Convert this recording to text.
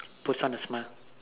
puts on a smile